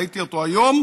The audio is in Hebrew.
ראיתי אותו היום.